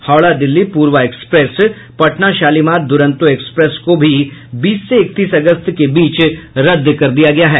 Howrah Delhi Poorva express Patna Shalimar Duronto express को भी बीस से इकतीस अगस्त के बीच रद्द कर दिया गया है